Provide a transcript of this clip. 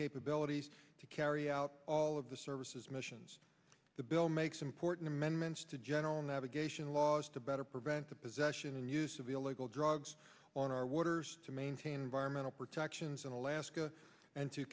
capabilities to carry out all of the services missions the bill makes important amendments to general navigation laws to better prevent the possession and use of illegal drugs on our waters to maintain environmental protections in alaska and to